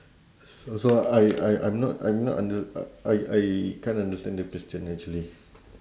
also I I I'm not I'm not under~ I I can't understand the question actually